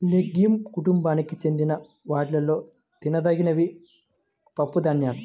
legume కుటుంబానికి చెందిన వాటిలో తినదగినవి పప్పుధాన్యాలు